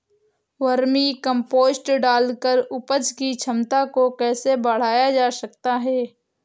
Vermi compost डालकर उपज की क्षमता को कैसे बढ़ाया जा सकता है?